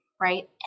right